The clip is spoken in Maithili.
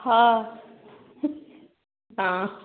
हँ हँ